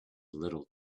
little